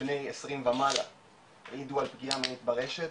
בני 20 ומעלה העידו על פגיעה מינית ברשת,